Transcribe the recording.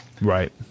right